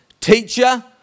teacher